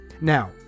now